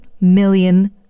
million